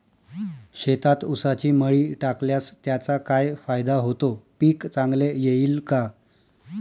शेतात ऊसाची मळी टाकल्यास त्याचा काय फायदा होतो, पीक चांगले येईल का?